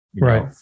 Right